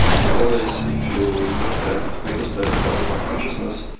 and nowadays if you look at papers that write about consciousness,